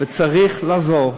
וצריך לעזור,